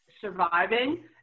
surviving